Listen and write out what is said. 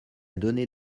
donner